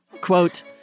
quote